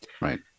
Right